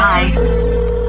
Bye